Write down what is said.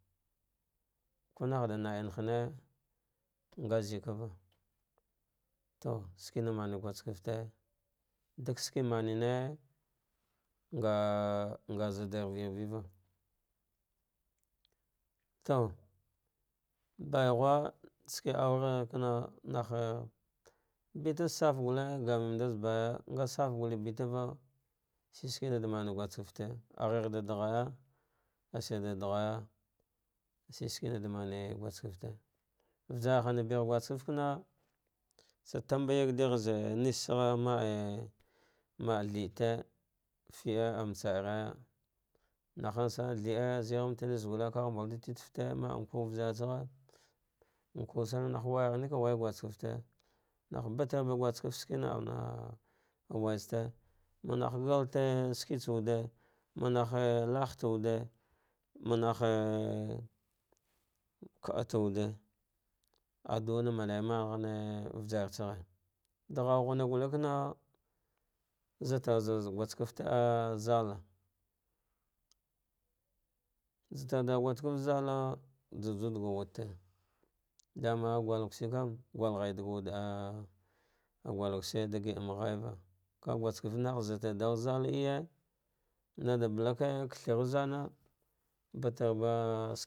Ko nahdanen hane, nga zevava to shita kena mane suske fte, dak shnce manine ngah nga zadevivida to baighu ske dughe kana, naghe batzz sat guke gammanda za baɗa nga sat gulle beta vuh, shi shinkina da mane guske fte, ah ghet da da gha ya ah shir da dagha ga shi shinkrina da mana guske fte vasarhana bugh guske fte kana, tsa tanba yagtegh zeghe nistaghe, a mave ma'al thirdte fiɗa ah matsa rajar aja zegh mata nebe gulle kagh mbaldu tite que fete, maidh nkwu vajarstage nkuw sane nah waya ghene ka wuyne guske fte hah batarba guske fte ske auwaya ste, mba anah galtiec sue tsa wude, manda lalite wude manahhe kaɗate wude, aduwan mana ereman ghe vabar ghe, daghu ghura guk vana zatarda ghar zam zala zatarda darzada da da juwa daga wude dama gul kush, kam, mgu ghai daga wude ah agul ku shi gul ghaiva, ka guskefte zata dargha zana iye nada bala ka kagh zana ba batarby.